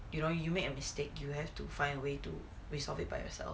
you know you made a mistake you have to find a way to resolve it by yourself